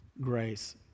grace